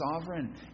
sovereign